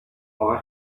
our